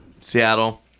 Seattle